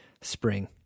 spring